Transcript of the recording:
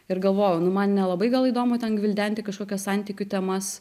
ir galvojau nu man nelabai gal įdomu ten gvildenti kažkokias santykių temas